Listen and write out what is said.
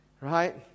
right